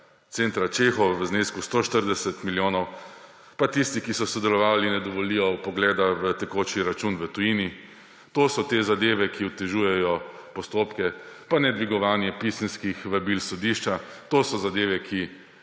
centra Čehovo v znesku 140 milijonov, pa tisti, ki so sodelovali, ne dovolijo vpogleda v tekoči račun v tujini. To so te zadeve, ki otežujejo postopke. Pa nedvigovanje pisemskih vabil iz sodišča. To so zadeve, ki